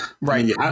Right